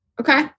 okay